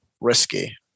risky